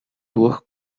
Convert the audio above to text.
durch